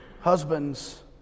Husbands